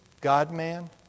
God-man